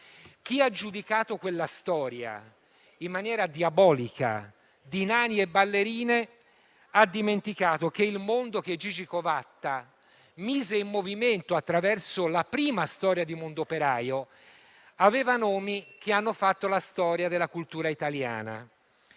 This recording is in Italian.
Chi ha giudicato quella storia, in maniera diabolica, come storia di nani e ballerine ha dimenticato che il mondo che Gigi Covatta mise in movimento attraverso la prima fase di «Mondoperaio» aveva nomi che hanno fatto la storia della cultura italiana: